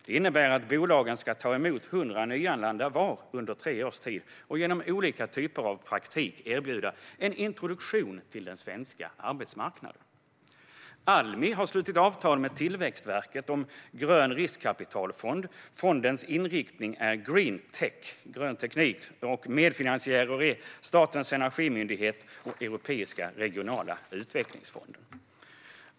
Det innebär att bolagen ska ta emot 100 nyanlända var under tre års tid och genom olika typer av praktik erbjuda en introduktion till den svenska arbetsmarknaden. Almi har slutit avtal med Tillväxtverket om en grön riskkapitalfond. Fondens inriktning är green tech, grön teknik. Medfinansiärer är Statens energimyndighet och Europeiska regionala utvecklingsfonden.